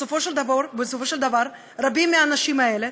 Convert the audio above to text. בסופו של דבר רבים מהנשים האלה,